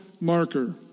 marker